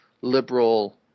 liberal